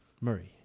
Murray